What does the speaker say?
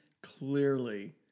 clearly